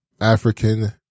African